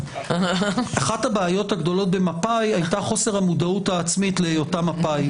אחת הבעיות הגדולות במפא"י הייתה חוסר המודעות העצמית להיותה מפא"י,